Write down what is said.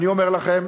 אני אומר לכם,